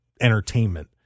Entertainment